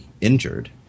injured